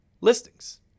listings